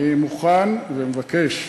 אני מוכן ומבקש,